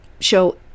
show